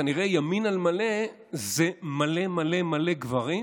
כנראה ימין על מלא זה מלא מלא מלא גברים,